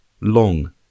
long